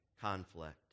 conflict